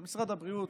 אבל משרד הבריאות,